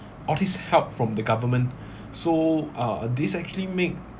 all these help from the government so uh these actually make